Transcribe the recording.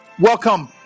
Welcome